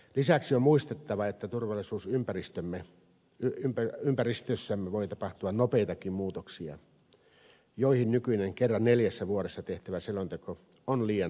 lisäksi on muistettava että turvallisuusympäristössämme voi tapahtua nopeitakin muutoksia joihin nykyinen kerran neljässä vuodessa tehtävä selonteko on liian raskasvetoinen